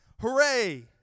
Hooray